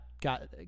Got